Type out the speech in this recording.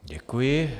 Děkuji.